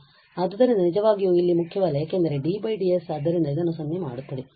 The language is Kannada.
ಆದ್ದರಿಂದ ನಿಜವಾಗಿಯೂ ಇಲ್ಲಿ ಮುಖ್ಯವಲ್ಲ ಏಕೆಂದರೆ d ds ಆದ್ದರಿಂದ ಇದನ್ನು 0 ಮಾಡುತ್ತದೆ